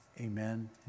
Amen